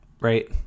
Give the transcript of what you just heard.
right